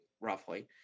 roughly